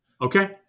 Okay